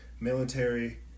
military